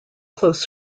close